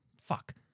Fuck